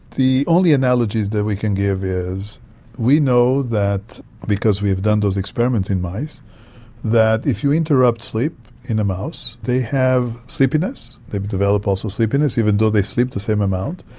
the only analogies that we can give is we know that because we have done those experiments in mice that if you interrupt sleep in a mouse they have sleepiness, they develop also sleepiness even though they sleep the same amount,